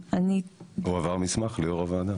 הועבר מסמך ליושב-ראש הוועדה.